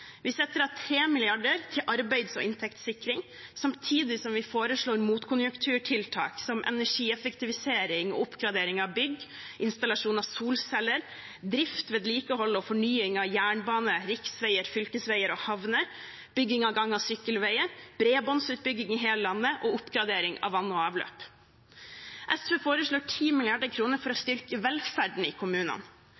Vi setter av 3 mrd. kr til arbeids- og inntektssikring, samtidig som vi foreslår motkonjunkturtiltak som energieffektivisering og oppgradering av bygg, installasjoner av solceller, drift, vedlikehold og fornying av jernbane, riksveier, fylkesveier og havner, bygging av gange- og sykkelveier, bredbåndsutbygging i hele landet og oppgradering av vann og avløp. SV foreslår 10 mrd. kr for å